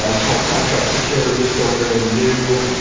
ah smart contract security is still very new,